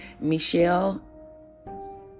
Michelle